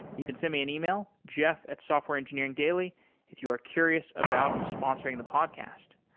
you can send me an email, jeff at softwareengineeringdaily if you are curious about sponsoring the podcast.